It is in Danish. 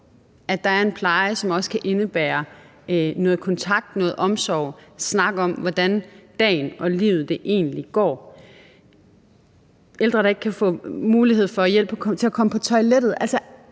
at der er en pleje, som også kan indebære noget kontakt, noget omsorg, en snak om, hvordan dagen og livet egentlig går. Der er ældre, der ikke kan få mulighed for hjælp til at komme på toilettet.